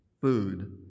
food